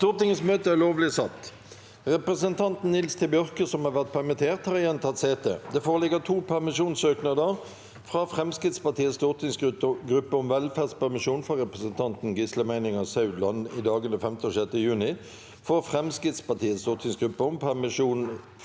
Presidenten Representanten Nils T. Bjørke, som har vært permittert, har igjen tatt sete. Det foreligger to permisjonssøknader: – fra Fremskrittspartiets stortingsgruppe om velferdspermisjon for representanten Gisle Meininger Saudland i dagene 5. og 6. juni – fra Fremskrittspartiet stortingsgruppe om permisjon